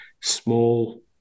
small